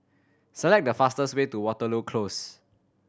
select the fastest way to Waterloo Close